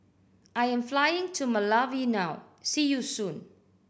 I am flying to Malawi now see you soon